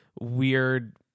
weird